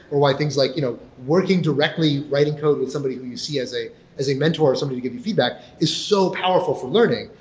or why things like you know working directly writing code with somebody who you see as a as a mentor or somebody to give you feedback. it's so powerful for learning,